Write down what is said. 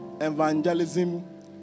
evangelism